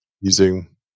using